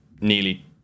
nearly